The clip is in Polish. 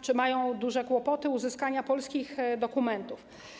czy mają duże kłopoty w zakresie uzyskania polskich dokumentów.